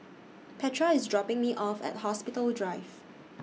Petra IS dropping Me off At Hospital Drive